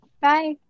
Bye